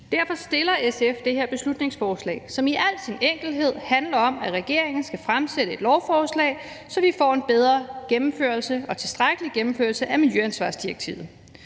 Derfor fremsætter SF det her beslutningsforslag, som i al sin enkelhed handler om, at regeringen skal fremsætte et lovforslag, der sikrer, at vi får en bedre og tilstrækkelig gennemførelse af miljøansvarsdirektivet.